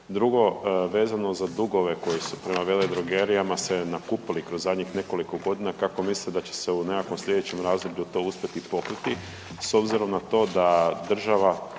Drugo, vezano za dugove koji su prema veledrogerijama se nakupili kroz zadnjih nekoliko godina, kako mislite da će se u nekakvom slijedećem razdoblju to uspjeti pokriti s obzirom na to da država